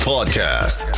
Podcast